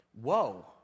Whoa